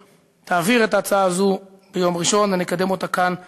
תעביר את ההצעה הזאת ביום ראשון ונקדם אותה כאן לחקיקה.